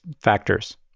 factors